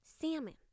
salmon